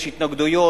יש התנגדויות,